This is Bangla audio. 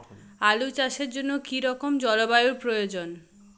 আলু চাষের জন্য কি রকম জলবায়ুর প্রয়োজন?